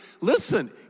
Listen